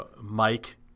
Mike